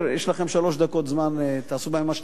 יש לכם שלוש דקות זמן, תעשו בהן מה שאתם רוצים.